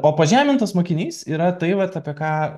o pažemintas mokinys yra tai vat apie ką